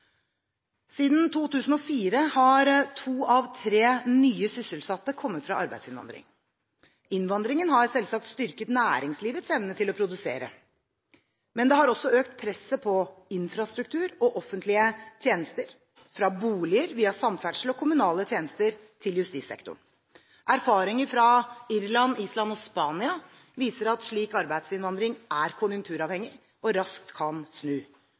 Siden 2004 har to av tre nye sysselsatte kommet fra arbeidsinnvandring. Innvandringen har selvsagt styrket næringslivets evne til å produsere, men den har også økt presset på infrastruktur og offentlige tjenester, fra boliger via samferdsel og kommunale tjenester til justissektoren. Erfaringer fra Irland, Island og Spania viser at slik arbeidsinnvandring er konjunkturavhengig og raskt kan snu.